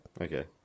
Okay